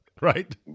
Right